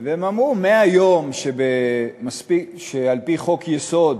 והם אמרו: 100 יום, שעל-פי חוק-יסוד